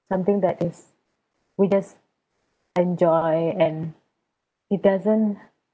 something that is we just enjoy and it doesn't